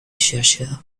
chercheurs